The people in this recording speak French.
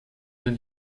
deux